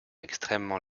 extrêmement